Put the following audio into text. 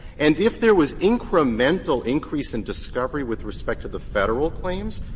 and if there was incremental increase in discovery with respect to the federal claims,